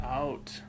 out